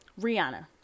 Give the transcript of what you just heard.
Rihanna